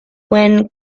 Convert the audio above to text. when